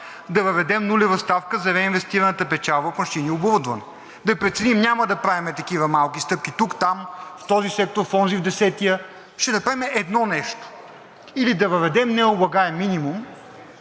да въведем нулева ставка за реинвестираната печалба в машини и оборудване. Да преценим, няма да правим такива малки стъпки тук-там, в този сектор, в онзи, в десетия, ще направим едно нещо. Или да въведем необлагаем минимум